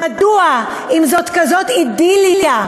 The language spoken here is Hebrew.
מדוע, אם זאת כזאת אידיליה?